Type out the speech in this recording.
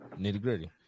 nitty-gritty